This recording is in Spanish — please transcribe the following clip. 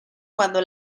cuando